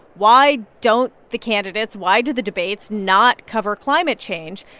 why don't the candidates why do the debates not cover climate change?